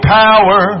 power